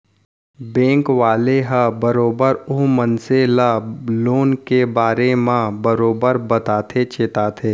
bank वाले ह बरोबर ओ मनसे ल लोन के बारे म बरोबर बताथे चेताथे